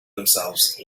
themselves